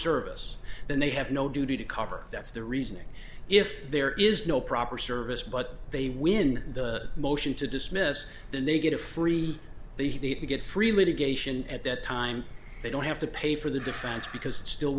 service then they have no duty to cover that's their reasoning if there is no proper service but they win the motion to dismiss then they get a free the you get free litigation at that time they don't have to pay for the difference because it's still